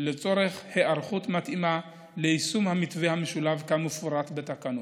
לצורך היערכות מתאימה ליישום המתווה המשולב כמפורט בתקנות,